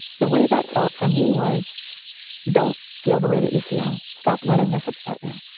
the way that felt for me was don't feel the way that you feel. stop letting this upset you.